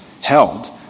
held